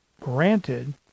granted